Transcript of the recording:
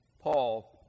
Paul